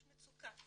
יש מצוקה,